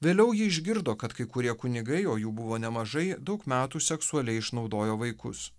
vėliau ji išgirdo kad kai kurie kunigai o jų buvo nemažai daug metų seksualiai išnaudojo vaikus